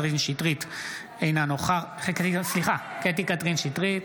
אינו נוכח קטי קטרין שטרית,